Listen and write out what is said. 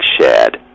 shared